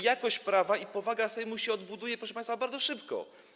Jakość prawa i powaga Sejmu odbudują się, proszę państwa, bardzo szybko.